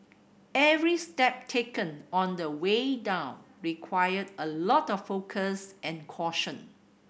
every step taken on the way down required a lot of focus and caution